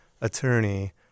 attorney